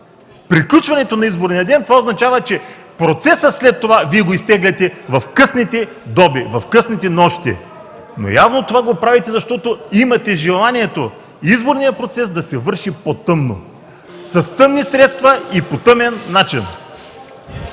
приключването на изборния ден още един час назад, това означава, че процесът след това, Вие изтегляте в късните доби, в късните нощи. Явно това го правите, защото имате желанието изборният процес да се върши по тъмно, с тъмни средства и по тъмен начин.